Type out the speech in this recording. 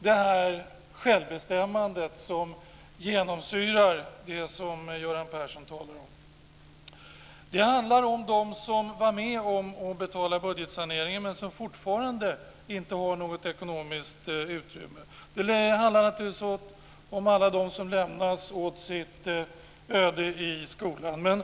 det självbestämmande som genomsyrar det Göran Persson talar om. Det handlar om de som var med och betalade budgetsaneringen men fortfarande inte har något ekonomiskt utrymme. Det handlar om alla de som lämnas åt sitt öde i skolan.